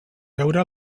veure